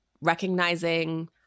recognizing